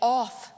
off